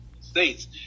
states